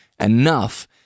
enough